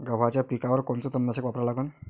गव्हाच्या पिकावर कोनचं तननाशक वापरा लागन?